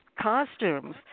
costumes